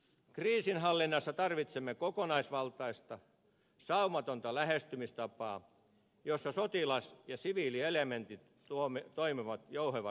kriisinhallinnassa tarvitsemme kokonaisvaltaista saumatonta lähestymistapaa jossa sotilas ja siviilielementit toimivat jouhevasti yhdessä